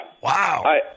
Wow